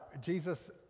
Jesus